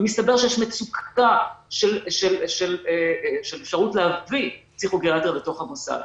ומסתבר שיש מצוקה של אפשרות להביא פסיכו-גריאטריה לתוך המוסד.